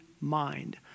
mind